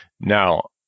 Now